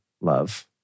love